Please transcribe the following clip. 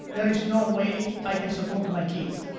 there is no way i can support my kids.